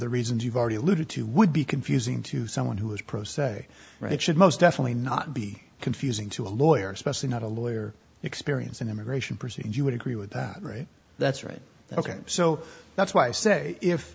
the reasons you've already alluded to would be confusing to someone who is pro se right should most definitely not be confusing to a lawyer especially not a lawyer experience in immigration proceedings you would agree with that right that's right ok so that's why i say if